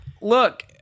look